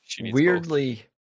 weirdly